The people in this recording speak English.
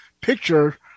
picture